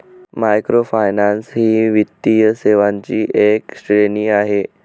microfinance ही वित्तीय सेवांची एक श्रेणी आहे